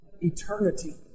Eternity